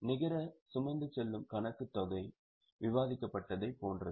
நிகர சுமந்து செல்லும் கணக்குத் தொகை விவாதிக்கப்பட்டதைப் போன்றது